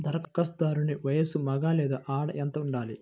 ధరఖాస్తుదారుని వయస్సు మగ లేదా ఆడ ఎంత ఉండాలి?